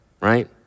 right